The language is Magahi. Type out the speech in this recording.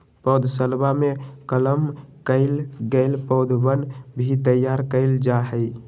पौधशलवा में कलम कइल गैल पौधवन भी तैयार कइल जाहई